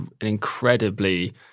incredibly